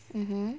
mmhmm